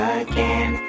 again